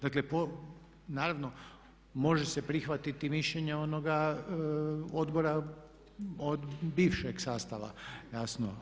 Dakle, naravno može se prihvatiti mišljenje onoga odbora od bivšeg sastava jasno.